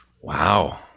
Wow